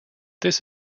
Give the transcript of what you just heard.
this